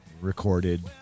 recorded